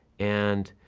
and,